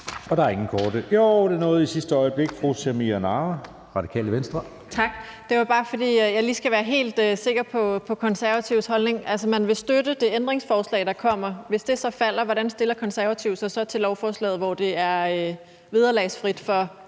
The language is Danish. Søe): Fru Samira Nawa, Radikale Venstre. Kl. 18:50 Samira Nawa (RV): Tak. Det er bare, fordi jeg lige skal være helt sikker på Konservatives holdning. Altså, man vil støtte det ændringsforslag, der kommer. Hvis det falder, hvordan stiller Konservative sig så til lovforslaget, hvor det er vederlagsfrit for en